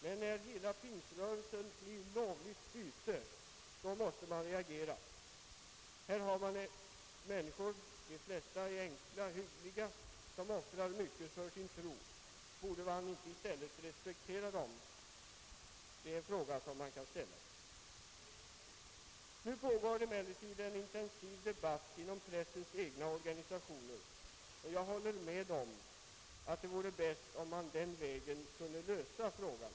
Men när hela pingströrelsen blir ett lovligt byte måste man reagera. De flesta av dessa människor är enkla och hyggliga och offrar mycket för sin tro. Borde man inte i stället respektera dem? Nu pågår emellertid en intensiv debatt om pressetiken inom pressens egna organisationer, och jag håller med om att det vore bäst om man den vägen kunde lösa frågan.